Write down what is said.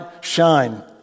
shine